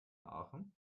aachen